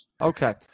Okay